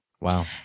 Wow